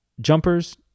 jumpers